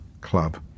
club